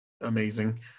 amazing